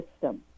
system